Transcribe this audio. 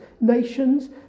nations